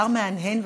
השר מהנהן,